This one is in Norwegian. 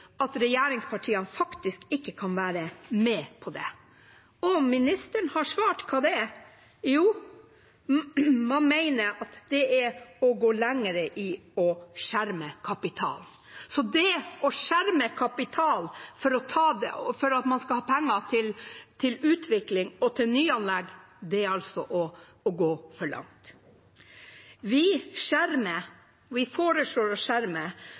at regjeringspartiene ikke kan være med på det. Ministeren har svart at man mener det er å gå lenger i å skjerme kapitalen. Det å skjerme kapital for å ha penger til utvikling og nyanlegg, er altså å gå for langt. Vi skjermer, vi foreslår å skjerme,